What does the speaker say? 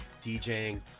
DJing